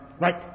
Right